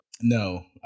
No